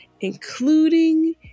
including